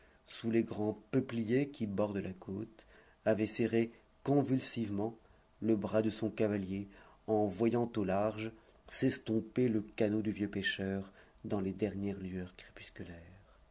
sous les grands peupliers qui bordent la côte avait serré convulsivement le bras de son cavalier en voyant au large s'estomper le canot du vieux pêcheur dans les dernières lueurs crépusculaires